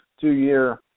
two-year